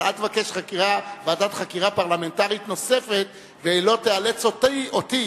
אבל אל תבקש ועדת חקירה פרלמנטרית נוספת ואל תאלץ אותי,